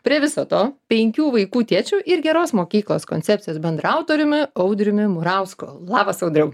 prie viso to penkių vaikų tėčiu ir geros mokyklos koncepcijos bendraautoriumi audriumi murausku labas audriau